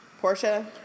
Portia